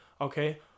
Okay